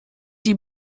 die